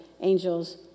angels